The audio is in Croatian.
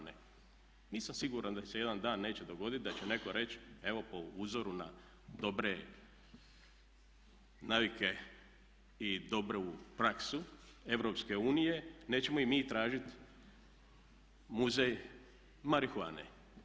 Nisam siguran da se jedan dan neće dogoditi da će netko reći evo po uzoru na dobre navike i dobru praksu EU nećemo i mi tražiti muzej marihuane.